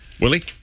Willie